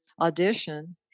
audition